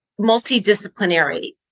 Multidisciplinary